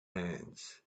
hands